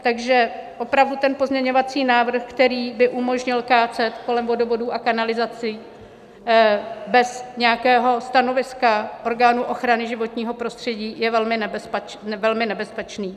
Takže opravdu ten pozměňovací návrh, který by umožnil kácet kolem vodovodů a kanalizací bez nějakého stanoviska orgánů ochrany životního prostředí je velmi nebezpečný.